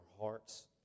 hearts